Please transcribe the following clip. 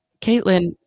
Caitlin